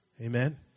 Amen